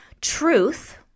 truth